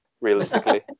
realistically